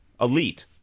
Elite